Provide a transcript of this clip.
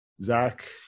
Zach